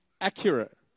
accurate